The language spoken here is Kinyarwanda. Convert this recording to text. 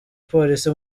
polisi